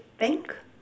the bank